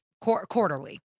quarterly